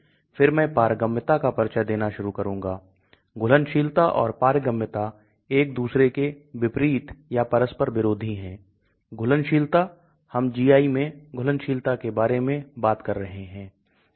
यह अत्यधिक महत्वपूर्ण पैरामीटर है क्योंकि ज्यादातर दवाओं को मौखिक रूप से लिया जाता है और उनको जल में घुलनशील होना चाहिए लेकिन फिर दवा GI tract में पहुंचती है पेट में आंतों में जाती है पेट में pH की मात्रा अधिक कम होती है यह 2 की मात्रा पर होती है और फिर 4 पर पहुंचती है